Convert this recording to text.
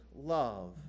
love